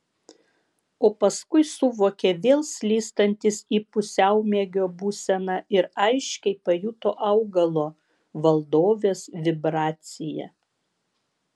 o paskui suvokė vėl slystantis į pusiaumiegio būseną ir aiškiai pajuto augalo valdovės vibraciją